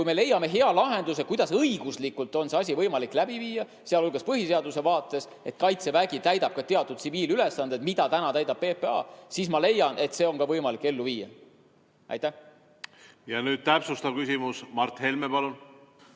kui me leiame hea lahenduse, kuidas õiguslikult on see asi võimalik läbi viia, sh põhiseaduse vaates, et kaitsevägi täidab ka teatud tsiviilülesandeid, mida täna täidab PPA, siis ma leian, et see on võimalik ellu viia. Nüüd täpsustav küsimus. Mart Helme, palun!